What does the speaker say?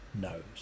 knows